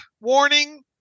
warning